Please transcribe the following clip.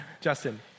Justin